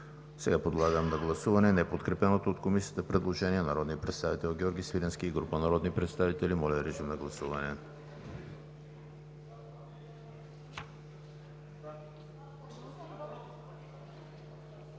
Сега подлагам на гласуване неподкрепеното от Комисията предложение от народния представител Георги Свиленски и група народни представители. Гласували